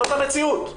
זאת המציאות.